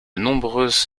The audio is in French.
nombreuses